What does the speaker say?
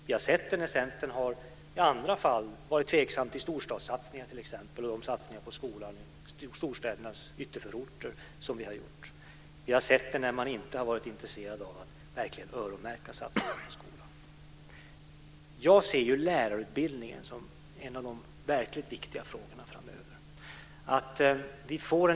Vi har sett hur Centern i andra fall har varit tveksam till t.ex. storstadssatsningar i storstädernas ytterförorter. Vi har sett när Centern inte har varit intresserade av att öronmärka satsningar på skolan. Jag ser lärarutbildningen som en av de verkligt viktiga frågorna framöver.